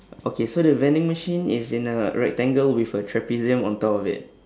okay so the vending machine is in a rectangle with a trapezium on top of it